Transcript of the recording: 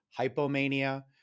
hypomania